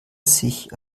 sich